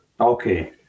Okay